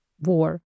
war